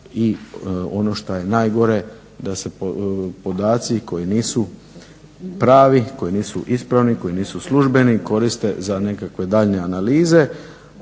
i ono što je najgore da se podaci koji nisu pravi, koji nisu ispravni, koji nisu službeni koriste za nekakve daljnje analize.